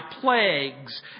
plagues